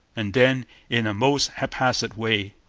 and then in a most haphazard way.